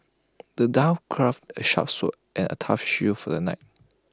the dwarf crafted A sharp sword and A tough shield for the knight